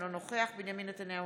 אינו נוכח בנימין נתניהו,